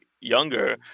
younger